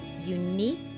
unique